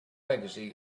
legacy